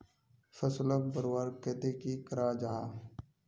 फसलोक बढ़वार केते की करा जाहा?